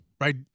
right